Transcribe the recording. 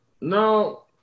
No